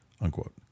unquote